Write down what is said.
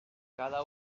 cada